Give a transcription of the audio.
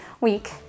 week